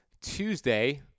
Tuesday